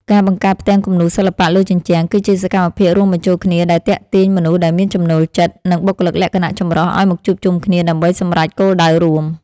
ការបង្កើតផ្ទាំងគំនូរសិល្បៈលើជញ្ជាំង គឺជាសកម្មភាពរួមបញ្ចូលគ្នាដែលទាក់ទាញមនុស្សដែលមានចំណូលចិត្ត និងបុគ្គលិកលក្ខណៈចម្រុះឱ្យមកជួបជុំគ្នាដើម្បីសម្រេចគោលដៅរួម។